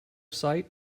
sight